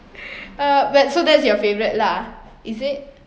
uh but so that's your favourite lah is it